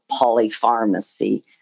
polypharmacy